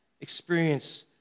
experience